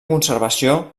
conservació